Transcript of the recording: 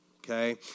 okay